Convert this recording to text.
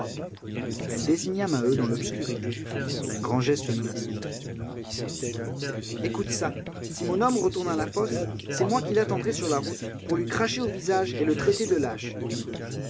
elle désigna maheu dans l'obscurité d'un grand geste menaçant écoute ça si mon homme retourne à la fosse c'est moi qui l'attendrai sur la route pour lui cracher au visage et le traiter de lâche